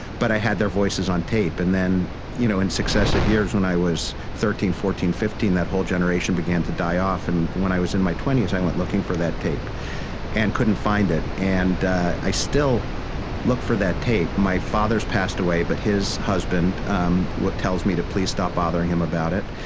but i had their voices on tape. and then you know in successive years, when i was thirteen, fourteen, fifteen, that whole generation began to die off. and when i was in my twenty s, i went looking for that tape and couldn't find it. and i still look for that tape my father's passed away, but his husband um tells me to please stop bothering him about it.